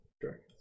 dragons